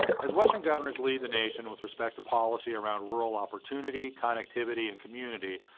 as western governors lead the nation with respect to policy around rural opportunity, connectivity, and community,